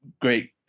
great